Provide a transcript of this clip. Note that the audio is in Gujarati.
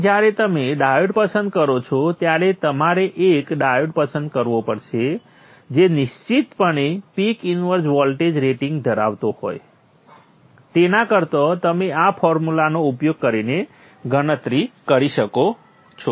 તેથી જ્યારે તમે ડાયોડ પસંદ કરો છો ત્યારે તમારે એક ડાયોડ પસંદ કરવો પડશે જે નિશ્ચિતપણે પીક ઇન્વર્સ વોલ્ટેજ રેટિંગ ધરાવતો હોય તેના કરતાં તમે આ ફોર્મ્યુલાનો ઉપયોગ કરીને ગણતરી કરી શકશો